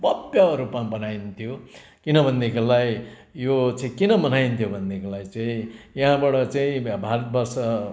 भव्य रूपमा मनाइन्थ्यो किनभनेदेखिलाई यो चाहिँ किन मनाइन्थ्यो भनेदेखिलाई चाहिँ यहाँबाट चाहिँ भारतवर्ष